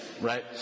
right